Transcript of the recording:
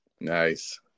Nice